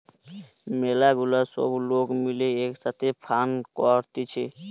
ম্যালা গুলা সব লোক মিলে এক সাথে ফান্ড করতিছে